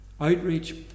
outreach